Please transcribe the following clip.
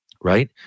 right